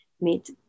meet